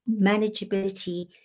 manageability